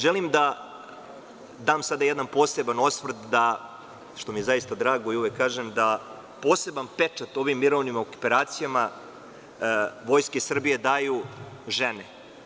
Želim da dam sada jedan poseban osvrt, što mi je zaista drago i uvek kažem, da poseban pečat u ovim mirovnim operacijama Vojske Srbije daju žene.